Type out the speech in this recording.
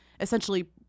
essentially –